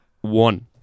One